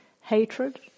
hatred